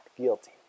guilty